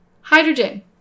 Hydrogen